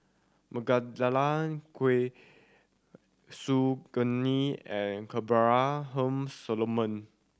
Khoo Su Guaning and Abraham Solomon